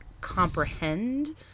comprehend